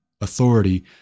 authority